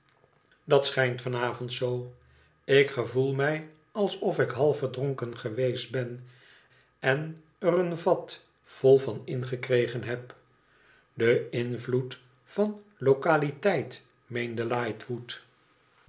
dat schijnt van avond zoo ik gevoel mij alsof ik half verdronken geweest ben en er een vat vol van ingekregen heb ide invloed van lokaliteit meende